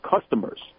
customers